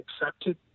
accepted